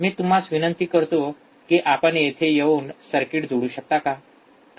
मी तुम्हास विनंती करतो की आपण इथे येऊन सर्किट जोडू शकता का